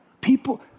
People